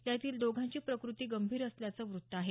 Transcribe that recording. यातील दोघांची प्रकृती गंभीर असल्याचं वृत्त आहे